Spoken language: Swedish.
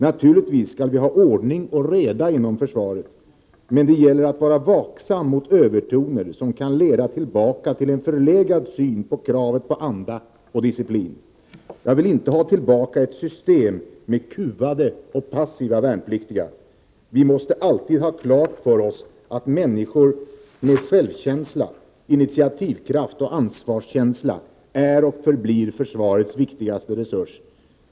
Naturligtvis skall vi ha ordning och reda inom försvaret, men det gäller att vara vaksam mot övertoner som kan leda tillbaka till en förlegad syn på kravet på anda och disciplin. Jag vill inte ha tillbaka ett system med kuvade och passiva värnpliktiga. Vi måste alltid ha klart för oss att människor med självkänsla, initiativkraft och ansvarskänsla är och förblir försvarets viktigaste resurs.